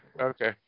Okay